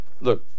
Look